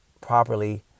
properly